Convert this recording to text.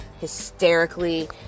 hysterically